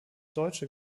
deutsche